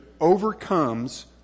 overcomes